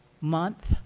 month